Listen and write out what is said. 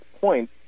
point